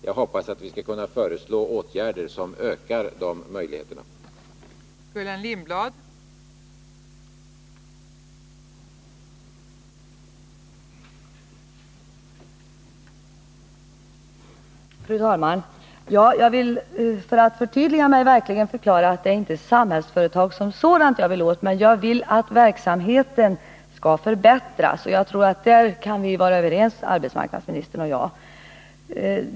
Jag hoppas att vi skall kunna föreslå åtgärder som ökar möjligheterna för här berörda människor att få arbete på öppna marknaden.